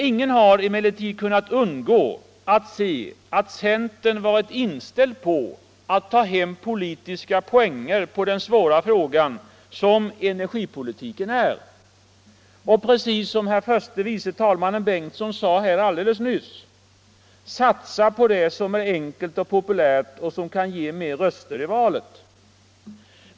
Ingen har emellertid kunnat undgå att se att centern har varit inställd på att ta hem politiska poänger på den svåra fråga som energipolitiken är och att — som herr förste vice talmannen Bengtson sade nyss — satsa på det som är enkelt och populärt och kan ge fler röster i valet.